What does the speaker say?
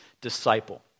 disciple